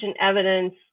evidence